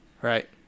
Right